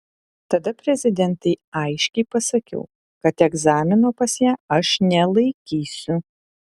tada prezidentei aiškiai pasakiau kad egzamino pas ją aš nelaikysiu